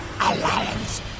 alliance